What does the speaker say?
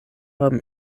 haben